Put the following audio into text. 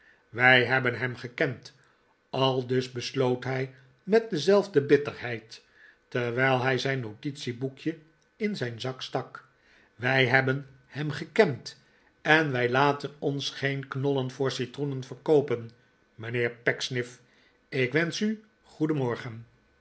wij hebben hem gekend aldus besloot hij met dezelfde bitterheid terwijl hij zijn notitieboekje in zijn zak stak ft wij hebben hem gekend en wij laten ons geen knollen voor citroenen verkoopen mijnheer pecksniff ik wensch u goedenmorgen